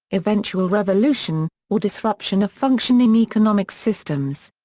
eventual revolution, or disruption of functioning economic systems.